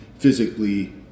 Physically